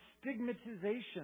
stigmatization